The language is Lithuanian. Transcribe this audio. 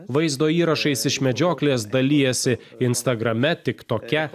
vaizdo įrašais iš medžioklės dalijasi instagrame tiktoke